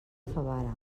favara